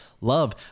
Love